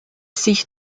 sich